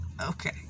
Okay